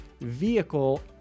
vehicle